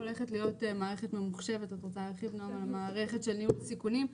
הולכת להיות מערכת ממוחשבת של ניהול סיכונים,